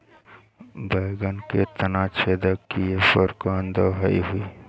बैगन के तना छेदक कियेपे कवन दवाई होई?